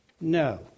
No